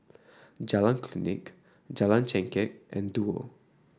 Jalan Klinik Jalan Chengkek and Duo